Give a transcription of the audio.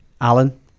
Alan